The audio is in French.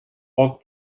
rocs